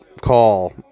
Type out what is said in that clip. call